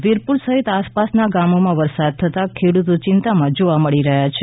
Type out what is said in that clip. વીરપુર સહીત આસપાસના ગામોમાં વરસાદ થતાં ખેડૂતો ચિંતામાં જોવા મળી રહ્યા છે